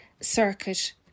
Circuit